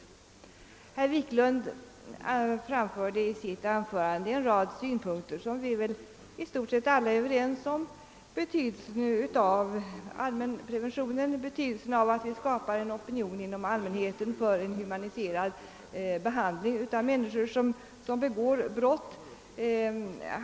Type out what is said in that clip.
Herr Wiklund i Stockholm anförde en rad synpunkter, som vi väl i stort sett är överens om: betydelsen av allmänpreventionen och betydelsen av att skapa en opinion bland allmänheten för en humaniserad behandling av människor som begått brott.